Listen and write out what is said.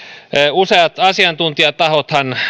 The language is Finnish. useat asiantuntijatahothan